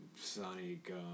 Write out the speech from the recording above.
Sonic